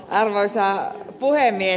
arvoisa puhemies